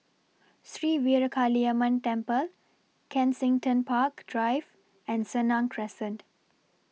Sri Veeramakaliamman Temple Kensington Park Drive and Senang Crescent